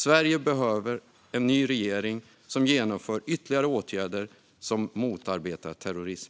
Sverige behöver en ny regering som genomför ytterligare åtgärder som motarbetar terrorism.